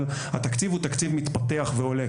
אבל התקציב הוא תקציב מתפתח ועולה,